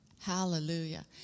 Hallelujah